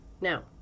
now